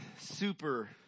super